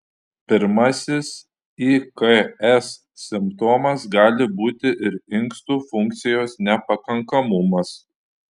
pirmasis iks simptomas gali būti ir inkstų funkcijos nepakankamumas